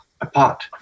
apart